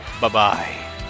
Bye-bye